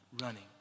running